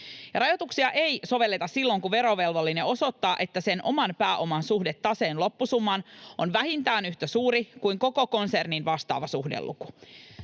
Rajoituksia ei sovelleta silloin, kun verovelvollinen osoittaa, että oman pääoman suhde taseen loppusummaan on vähintään yhtä suuri kuin koko konsernin vastaava suhdeluku.